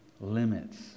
limits